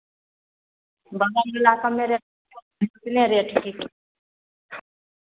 बगलवला कम्मे rate rate